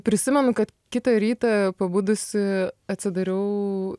prisimenu kad kitą rytą pabudusi atsidariau